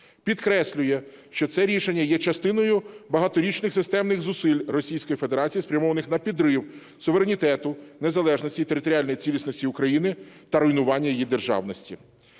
Підкреслює, що це рішення є частиною багаторічних системних зусиль Російської Федерації, спрямованих на підрив суверенітету, незалежності і територіальної цілісності України та руйнування її державності.